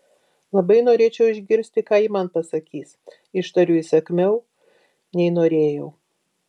labai norėčiau išgirsti ką ji man pasakys ištariu įsakmiau nei norėjau